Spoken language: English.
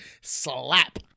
slap